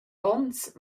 ons